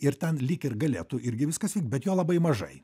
ir ten lyg ir galėtų irgi viskas vykt bet jo labai mažai